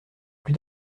plus